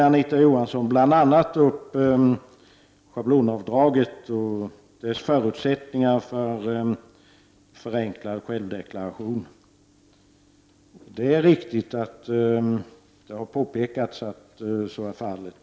Anita Johansson berörde bl.a. frågan om schablonavdraget och förutsättningarna för förenklad självdeklaration.